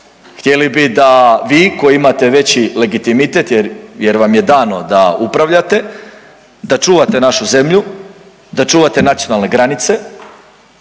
Htjeli bi da vi koji imate veći legitimitet, jer vam je dano da upravljate, da čuvate našu zemlju, da čuvate nacionalne granice